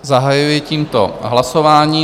Zahajuji tímto hlasování.